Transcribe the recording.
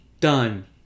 done